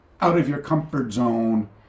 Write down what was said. out-of-your-comfort-zone